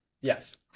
Yes